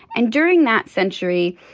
and during that century,